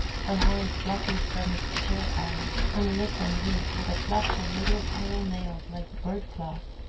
her hand fluttered from its chair-arm and lit on his with a clutch of little pale nails like bird-claws.